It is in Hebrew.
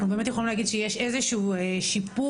באמת יכולים להגיד שיש איזשהו שיפור,